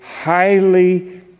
highly